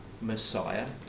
Messiah